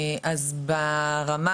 אז ברמה